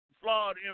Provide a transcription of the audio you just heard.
flawed